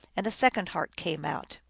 and a second heart came out.